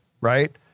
right